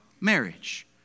marriage